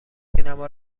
سینما